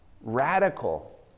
radical